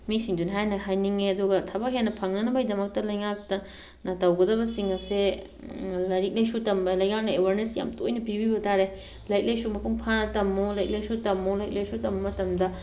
ꯃꯤꯁꯤꯡꯗꯨꯅ ꯍꯥꯏꯅ ꯍꯥꯏꯅꯤꯡꯉꯦ ꯑꯗꯨꯒ ꯊꯕꯛ ꯍꯦꯟꯅ ꯐꯪꯅꯅꯕꯒꯤ ꯗꯃꯛꯇ ꯂꯩꯉꯥꯛꯅ ꯇꯧꯒꯗꯕꯁꯤꯡ ꯑꯁꯦ ꯂꯥꯏꯔꯤꯛ ꯂꯥꯏꯁꯨ ꯇꯝꯕ ꯂꯩꯉꯥꯛꯅ ꯑꯦꯋꯥꯔꯅꯣꯁ ꯌꯥꯝꯅ ꯇꯣꯏꯅ ꯄꯤꯕꯤꯕ ꯇꯥꯔꯦ ꯂꯥꯏꯔꯤꯛ ꯂꯥꯏꯁꯨ ꯃꯄꯨꯡ ꯐꯥꯅ ꯇꯝꯃꯣ ꯂꯥꯏꯔꯤꯛ ꯂꯥꯏꯁꯨ ꯇꯝꯃꯣ ꯂꯥꯏꯔꯤꯛ ꯂꯥꯏꯁꯨ ꯇꯝꯕ ꯃꯇꯝꯗ